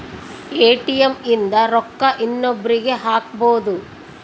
ATM ಇಂದ ರೊಕ್ಕ ಇನ್ನೊಬ್ರೀಗೆ ಹಕ್ಬೊದು